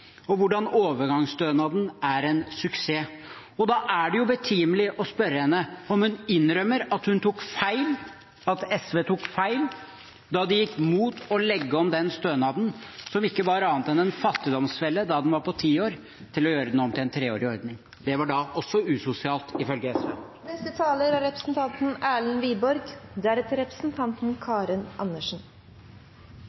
og hvordan overgangsstønaden er en suksess. Da er det betimelig å spørre henne om hun innrømmer at SV tok feil da de gikk mot å gjøre om stønaden, som ikke var annet enn en fattigdomsfelle da den var på ti år, til en treårig ordning. Det var også usosialt, ifølge SV. Det har vært en relativt forutsigbar debatt. Men jeg synes også det er